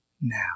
now